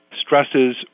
stresses